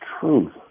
truth